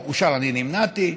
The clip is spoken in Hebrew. אני נמנעתי,